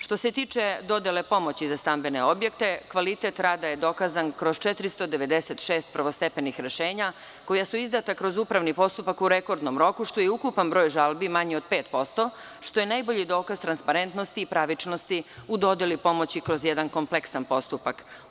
Što se tiče dodele pomoći za stambene objekte, kvalitet rada je dokazan kroz 496 prvostepenih rešenja koja su izdata kroz upravni postupak u rekordnom roku što je i ukupan broj žalbi manji od 5%, što je nabolji dokaz transparentnosti i pravičnosti u dodeli pomoći kroz jedan kompleksan postupak.